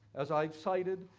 as i've cited,